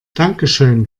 dankeschön